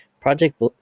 Project